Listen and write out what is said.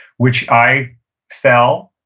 which i fell,